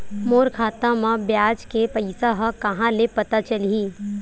मोर खाता म ब्याज के पईसा ह कहां ले पता चलही?